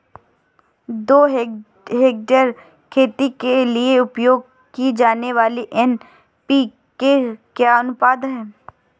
दो हेक्टेयर खेती के लिए उपयोग की जाने वाली एन.पी.के का अनुपात क्या है?